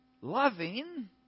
loving